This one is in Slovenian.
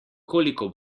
koliko